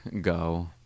go